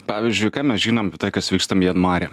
pavyzdžiui ką mes žinom kas vyksta mianmare